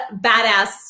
badass